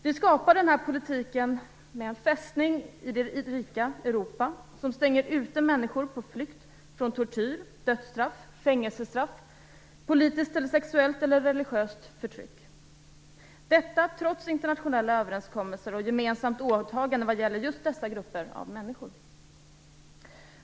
Vi skapar med denna politik en fästning inom det rika Europa som stänger ute människor på flykt från tortyr, dödsstraff, fängelsestraff eller politiskt, sexuellt och religiöst förtryck - detta trots internationella överenskommelser och gemensamt åtagande vad gäller just dessa grupper av människor.